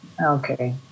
Okay